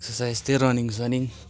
exercise त्यही running सनिङ